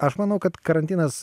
aš manau kad karantinas